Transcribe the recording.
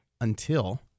until-